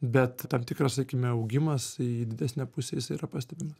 bet tam tikras sakykime augimas į didesnę pusę jis yra pastebimas